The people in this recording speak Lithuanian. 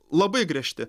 labai griežti